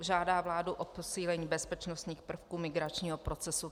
Žádá vládu o posílení bezpečnostních prvků migračního procesu.